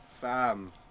fam